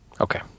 Okay